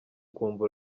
ukumva